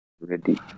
ready